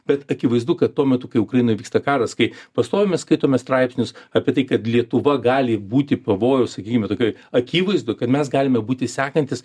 bet akivaizdu kad tuo metu kai ukrainoj vyksta karas kai pastoviai mes skaitome straipsnius apie tai kad lietuva gali būti pavojuj sakykime tokioj akivaizdu kad mes galime būti sekantys